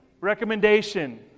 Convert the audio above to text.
Recommendation